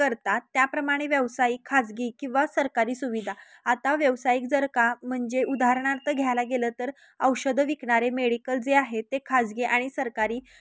करतात त्याप्रमाणे व्यावसायिक खाजगी किंवा सरकारी सुविधा आता व्यावसायिक जर का म्हणजे उदाहरणार्थ घ्यायला गेलं तर औषधं विकणारे मेडिकल जे आहेत ते खाजगी आणि सरकारी